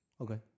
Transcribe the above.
Okay